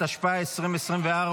התשפ"ה 2024,